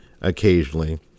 occasionally